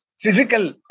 physical